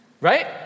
right